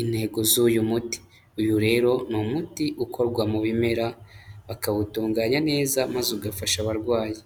intego z'uyu muti, uyu rero ni umuti ukorwa mu bimera bakawutunganya neza maze ugafasha abarwayi.